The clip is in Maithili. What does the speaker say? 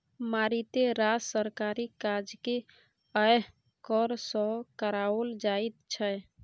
मारिते रास सरकारी काजकेँ यैह कर सँ कराओल जाइत छै